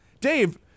Dave